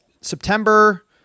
september